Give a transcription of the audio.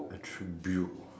attribute